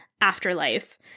afterlife